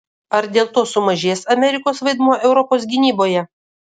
ar dėl to sumažės amerikos vaidmuo europos gynyboje